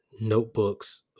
notebooks